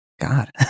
God